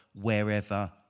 wherever